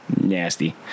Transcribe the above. nasty